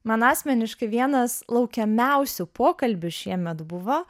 man asmeniškai vienas laukiamiausių pokalbių šiemet buvo